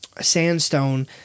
Sandstone